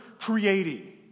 creating